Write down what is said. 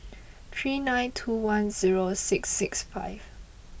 three nine two one zero six six five